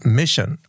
mission